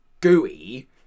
gooey